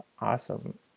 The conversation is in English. awesome